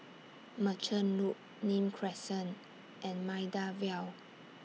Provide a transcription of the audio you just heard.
Merchant Loop Nim Crescent and Maida Vale